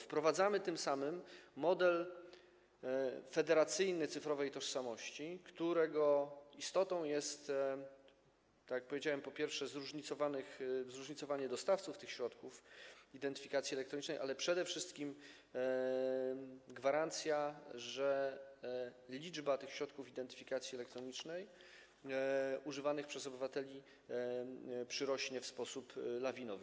Wprowadzamy tym samym model federacyjny cyfrowej tożsamości, którego istotą jest, tak jak powiedziałem, po pierwsze, zróżnicowanie dostawców tych środków identyfikacji elektronicznej, ale przede wszystkim gwarancja, że liczba środków identyfikacji elektronicznej używanych przez obywateli przyrośnie w sposób lawinowy.